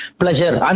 pleasure